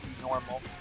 normal